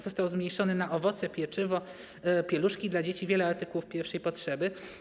Został zmniejszony VAT na owoce, pieczywo, pieluszki dla dzieci i wiele artykułów pierwszej potrzeby.